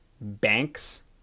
banks